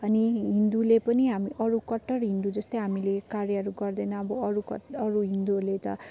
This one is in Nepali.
अनि हिन्दूले पनि हाम्रो अरू कट्टर हिन्दू जस्तै हामीले कार्यहरू गर्दैनौँ अब अरूको अरू हिन्दूहरूले त